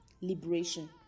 liberation